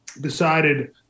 decided